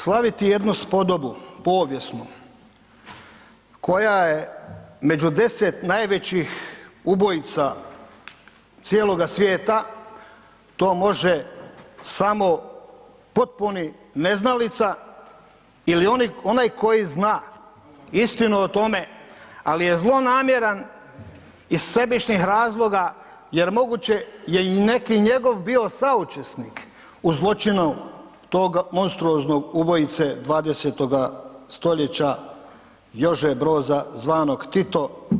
Slaviti jednu spodobu povijesnu koja je među 10 najvećih ubojica cijeloga svijeta to može samo potpuni neznalica ili onaj koji zna istinu o tome ali je zlonamjeran iz sebičnih razloga jer moguće je i neki njegov bio saučesnik u zločinu tog monstruoznog ubojice 20. stoljeća Jože Broza zvanog Tito.